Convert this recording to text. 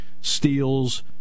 steals